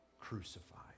crucified